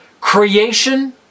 Creation